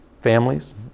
families